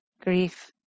grief